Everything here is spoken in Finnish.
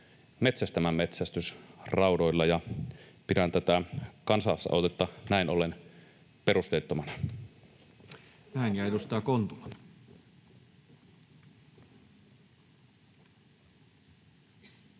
metsästämään metsästysraudoilla. Pidän tätä kansalaisaloitetta näin ollen perusteettomana. [Tuomas Kettunen: